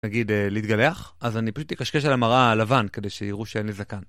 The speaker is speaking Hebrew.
נגיד, להתגלח, אז אני פשוט אקשקש על המראה על לבן כדי שיראו שאין לי זקן.